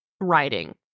writing